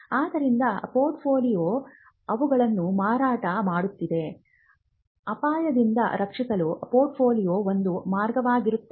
ಆದ್ದರಿಂದ ಪೋರ್ಟ್ಫೋಲಿಯೋ ಅವುಗಳನ್ನು ಮಾರಾಟ ಮಾಡುತ್ತಿದೆ ಅಪಾಯದಿಂದ ರಕ್ಷಿಸಲು ಪೋರ್ಟ್ಫೋಲಿಯೊ ಒಂದು ಮಾರ್ಗವಾಗಿರಬಹುದು